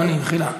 אדוני, מחילה.